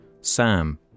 Sam